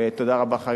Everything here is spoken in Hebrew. ותודה רבה לך,